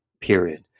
period